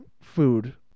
food